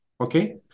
Okay